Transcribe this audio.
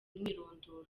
umwirondoro